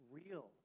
real